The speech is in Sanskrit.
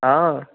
हा